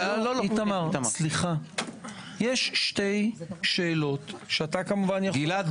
יש שתי שאלות --- גלעד,